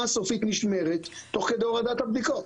הסופית נשמרת תוך כדי הורדת הבדיקות.